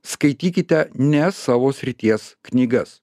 skaitykite ne savo srities knygas